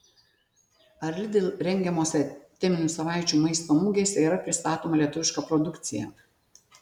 ar lidl rengiamose teminių savaičių maisto mugėse yra pristatoma lietuviška produkcija